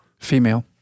Female